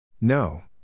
No